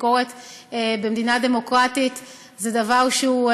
ביקורת במדינה דמוקרטית זה דבר שהוא,